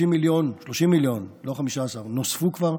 30 מיליון, לא 15, נוספו כבר.